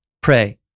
pray